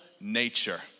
nature